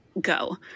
go